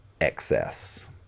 excess